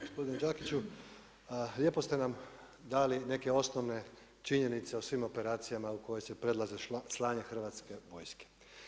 Gospodine Đakiću, lijepo ste nam dali neke osnovne činjenice o svim operacijama u koje se predlaže slanje hrvatske vojske.